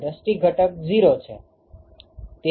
દ્રષ્ટી ઘટક ૦ છે